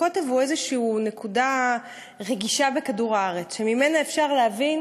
הקוטב הוא איזו נקודה רגישה בכדור הארץ שממנה אפשר להבין